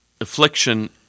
Affliction